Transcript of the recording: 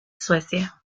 suecia